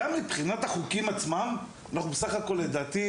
גם מבחינת החוקים עצמם אנחנו בסך הכל לדעתי,